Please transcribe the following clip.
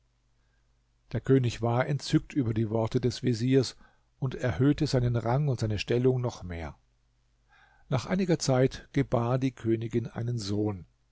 der könig war entzückt über die worte des veziers und erhöhte seinen rang und seine stellung noch mehr nach einiger zeit gebar die königin einen sohn